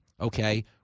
okay